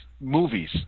movies